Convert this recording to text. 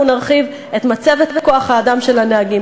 אם אנחנו נרחיב את מצבת כוח האדם של הנהגים